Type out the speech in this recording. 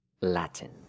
Latin